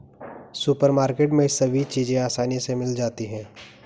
supermarket में सभी चीज़ें आसानी से मिल जाती है